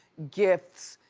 gifts,